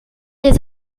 les